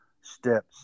steps